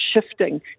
shifting